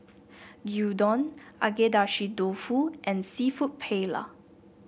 Gyudon Agedashi Dofu and seafood Paella